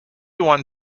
one